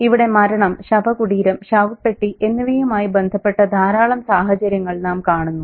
ഇവിടെ മരണം ശവകുടീരം ശവപ്പെട്ടി എന്നിവയുമായി ബന്ധപ്പെട്ട ധാരാളം സാഹചര്യങ്ങൾ നാം കാണുന്നു